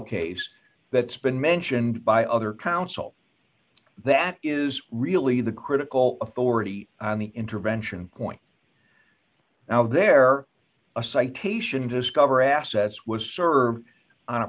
case that's been mentioned by other counsel that is really the critical authority on the intervention point now they're a citation discover assets was served on a